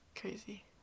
crazy